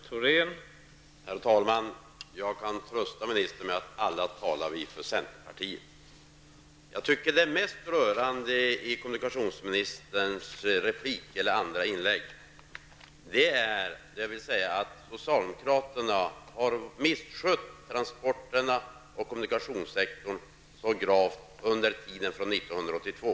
Herr talman! Jag kan trösta ministern med att vi alla talar för centerpartiet. Med anledning av kommunikationsministerns andra inlägg vill jag säga att det mest upprörande är att socialdemokraterna har misskött transporterna och kommunikationssektorn så gravt sedan 1982.